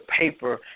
paper